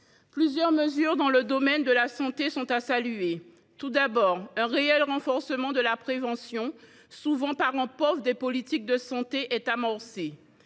Plusieurs mesures dans le domaine de la santé doivent être saluées. Tout d’abord, un réel renforcement de la prévention, souvent parent pauvre des politiques de santé, est amorcé